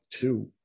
two